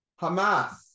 Hamas